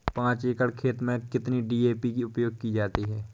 पाँच एकड़ खेत में कितनी डी.ए.पी उपयोग की जाती है?